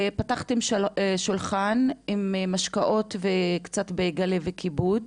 פתחתם שולחן עם משקאות וקצת בייגלה וכיבוד,